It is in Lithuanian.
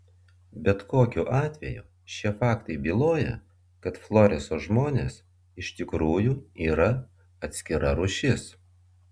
bet kokiu atveju šie faktai byloja kad floreso žmonės iš tikrųjų yra atskira rūšis